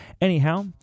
Anyhow